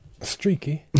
Streaky